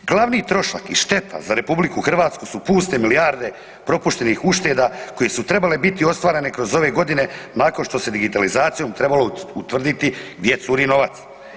Glavni trošak i šteta za RH su puste milijarde propuštenih ušteda koje su trebale biti ostvarene kroz ove godine nakon što se digitalizacijom trebalo utvrditi gdje curi novac.